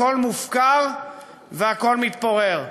הכול מופקר והכול מתפורר,